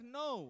no